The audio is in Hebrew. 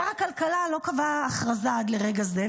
שר הכלכלה לא קבע הכרזה עד לרגע זה,